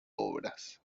obras